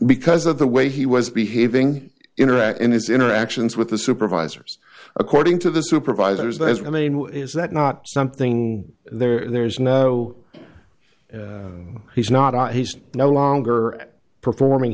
because of the way he was behaving interact in his interactions with the supervisors according to the supervisors as i mean is that not something there's no he's not he's no longer at performing